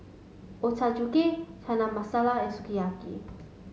Ochazuke Chana Masala and Sukiyaki